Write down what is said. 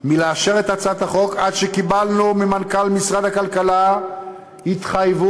מלאשר את הצעת החוק עד שקיבלנו ממנכ"ל משרד הכלכלה התחייבות,